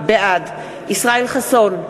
בעד ישראל חסון,